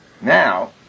Now